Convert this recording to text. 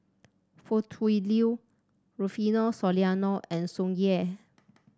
Foo Tui Liew Rufino Soliano and Tsung Yeh